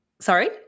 Sorry